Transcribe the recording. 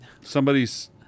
somebody's